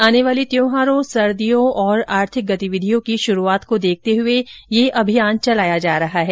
आने वाले त्योहारों सर्दियों और आर्थिक गतिविधियों की शुरूआत को देखते हुए यह अभियान चलाया जा रहा है